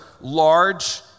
large